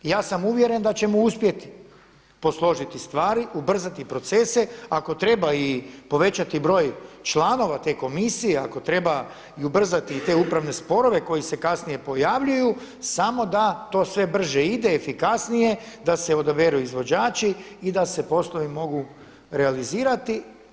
Ja sam uvjeren da ćemo uspjeti posložiti stvari, ubrzati procese, ako treba i povećati broj članova te komisije, ako treba i ubrzati te upravne sporove koji se kasnije pojavljuju, samo da to sve brže ide, efikasnije, da se odaberu izvođači i da se poslovi mogu realizirati.